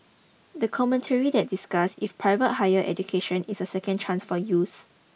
the commentary that discussed if private higher education is a second chance for youths